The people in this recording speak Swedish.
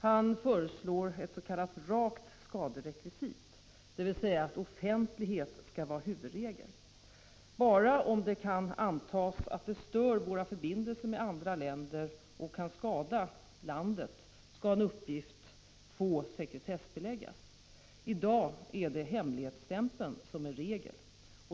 Han föreslår ett s.k. rakt skaderekvisit, dvs. att offentlighet skall vara huvudregel. Bara om det kan antas att det stör våra förbindelser med andra länder och kan skada landet skall en uppgift få sekretessbeläggas. I dag är det hemligstämpeln som är regel.